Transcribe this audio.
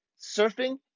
surfing